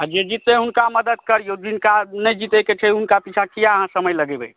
जे जीततै हुनका मदद करियौ अहाँ जिनका नहि जीतैके छै हुनका पीछाँ किए अहाँ समय लगेबै